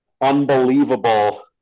unbelievable